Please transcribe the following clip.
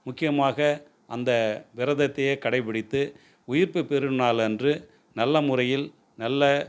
முக்கியமாக அந்த விரதத்தையே கடைப்பிடித்து உயிர்ப்பு பெரும் நாள் அன்று நல்ல முறையில் நல்ல